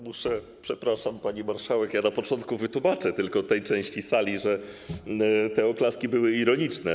Muszę - przepraszam, pani marszałek - na początku wytłumaczyć tylko tej części sali, że te oklaski były ironiczne.